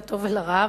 לטוב ולרע,